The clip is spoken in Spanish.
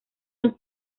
han